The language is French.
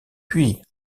puis